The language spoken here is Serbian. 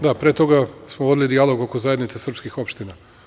Da, pre toga smo vodili dijalog oko zajednica srpskih opština.